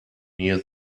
near